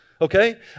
Okay